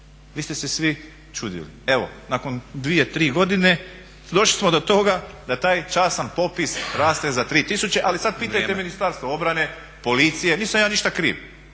vi ste se svi čudili. Evo nakon 2,3 godine došli smo do toga da taj častan popis raste za tri tisuće ali sada pitajte Ministarstvo obrane, policije, nisam ja ništa kriv.